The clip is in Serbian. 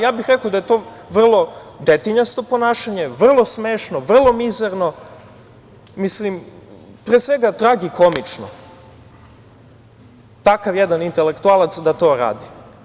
Ja bih rekao da je to vrlo detinjasto ponašanje, vrlo smešno, vrlo mizerno, pre svega tragikomično, takav jedan intelektualac da to radi.